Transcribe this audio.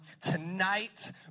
Tonight